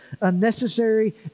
unnecessary